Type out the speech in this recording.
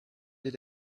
did